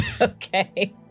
Okay